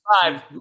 five